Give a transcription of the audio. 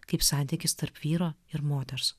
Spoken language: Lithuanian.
kaip santykis tarp vyro ir moters